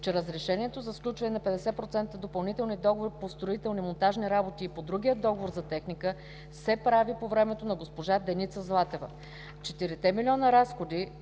че разрешението за сключване на 50% допълнителни договори по строително-монтажните работи и по другия договор за техниката се прави по времето на госпожа Деница Златева. Четирите милиона разходи,